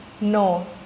No